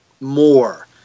more